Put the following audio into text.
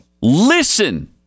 listen